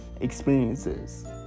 experiences